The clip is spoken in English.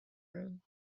room